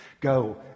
go